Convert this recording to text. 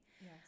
Yes